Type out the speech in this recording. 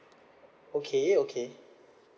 okay okay